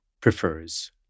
prefers